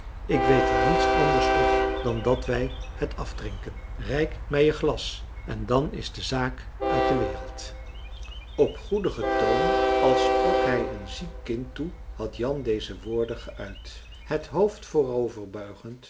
ik weet er niets anders op dan dat wij het afdrinken reik mij je glas en dan is de zaak uit de wereld op goedigen toon als sprak hij een ziek kind toe had jan deze woorden geuit het hoofd